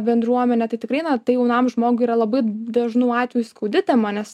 bendruomenę tai tikrai na tai jaunam žmogui yra labai dažnu atveju skaudi tema nes